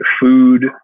Food